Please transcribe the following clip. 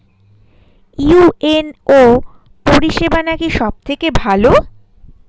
UNO পরিসেবা নাকি সব থেকে ভালো?